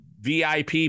VIP